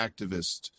activist